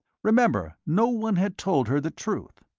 remember, no one had told her the truth.